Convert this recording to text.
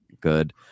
good